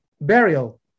burial